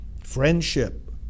friendship